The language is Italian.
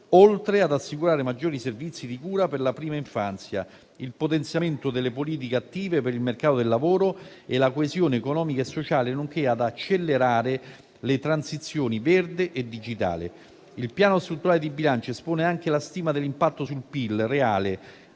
oltre ad assicurare maggiori servizi di cura per la prima infanzia, il potenziamento delle politiche attive per il mercato del lavoro e la coesione economica e sociale, nonché ad accelerare le transizioni verde e digitale. Il Piano strutturale di bilancio espone anche la stima dell'impatto sul PIL reale